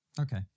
Okay